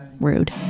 rude